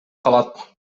калат